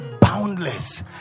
boundless